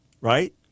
right